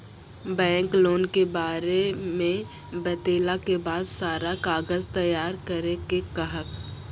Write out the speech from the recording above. Bank loan के बारे मे बतेला के बाद सारा कागज तैयार करे के कहब?